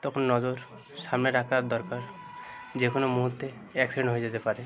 তখন নজর সামনে রাখার দরকার যে কোনো মুহুর্তে অ্যাক্সিডেন্ট হয়ে যেতে পারে